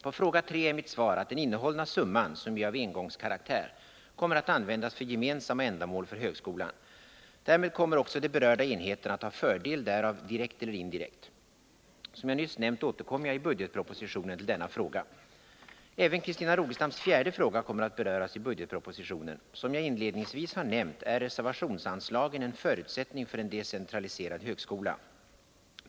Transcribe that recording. På fråga nr 3 är mitt svar att den innehållna summan — som ju är av engångskaraktär — kommer att användas för gemensamma ändamål för högskolan. Därmed kommer också de berörda enheterna att ha fördel därav direkt eller indirekt. Som jag nyss har nämnt återkommer jag i budgetpropositionen till denna fråga. Även Christina Rogestams fjärde fråga kommer att beröras i budgetpro positionen. Som jag inledningsvis har nämnt är reservationsanslagen en förutsättning för en decentraliserad högskola.